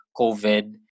COVID